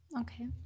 Okay